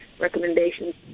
recommendations